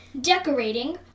decorating